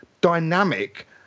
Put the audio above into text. dynamic